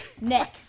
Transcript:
Nick